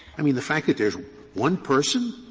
i mean the fact that there is one person